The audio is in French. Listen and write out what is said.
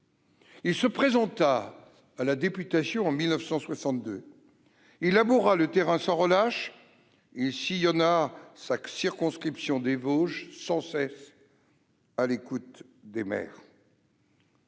Il se présenta à la députation en 1962, il laboura le terrain sans relâche, il sillonna sa circonscription des Vosges, sans cesse à l'écoute des maires.